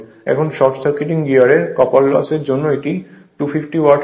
এখন short circuiting গিয়ারে copper loss এর জন্য এটি 250 ওয়াট হবে